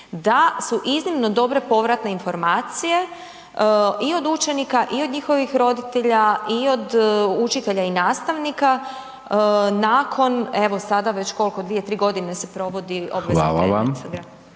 da su iznimno dobre povratne informacije i od učenika i od njihovih roditelja i od učitelja i nastavnika nakon evo sada već, koliko, 2,3 godine se provodi obvezan predmet .../Govornik